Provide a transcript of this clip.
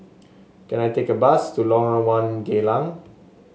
can I take a bus to Lorong One Geylang